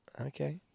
Okay